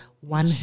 one